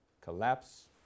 collapse